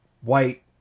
white